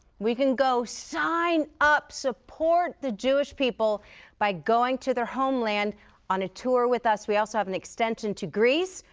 we can go sign up. support the jewish people by going to their homeland on a tour with us. we also have an extension to greece.